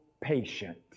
patient